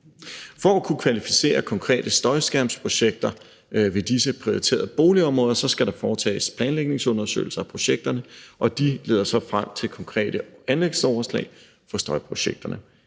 For at kunne kvalificere konkrete støjskærmsprojekter ved disse prioriterede boligområder skal der foretages planlægningsundersøgelser af projekterne, og de leder så frem til konkrete anlægsoverslag for støjprojekterne.